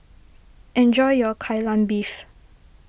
enjoy your Kai Lan Beef